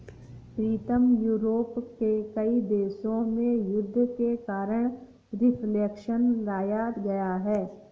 प्रीतम Europe के कई देशों में युद्ध के कारण रिफ्लेक्शन लाया गया है